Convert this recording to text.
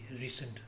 recent